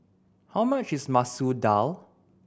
how much is Masoor Dal